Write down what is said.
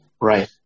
right